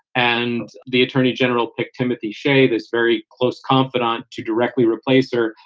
and the attorney general picked timothy shea, this very close confidant, to directly replace her.